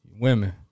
women